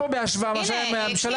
חנוך אנחנו לא פה בהשוואה לממשלה הקודמת,